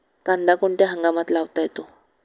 कांदा कोणत्या हंगामात लावता येतो?